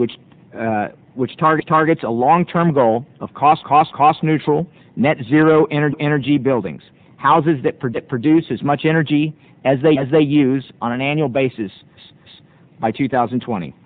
graham which target targets a long term goal of cost cost cost neutral net zero energy energy buildings houses that predict produce as much energy as they as they use on an annual basis since by two thousand and twenty